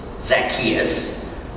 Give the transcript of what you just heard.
Zacchaeus